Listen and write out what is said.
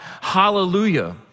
hallelujah